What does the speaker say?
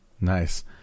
nice